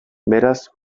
beraz